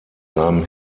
seinem